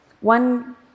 one